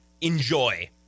enjoy